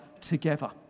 together